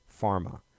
pharma